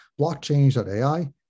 blockchain.ai